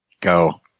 Go